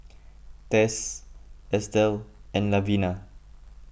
Tess Estelle and Lavina